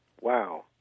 Wow